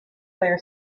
clear